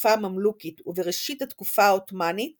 התקופה הממלוכית ובראשית התקופה העות'מאנית